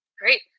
Great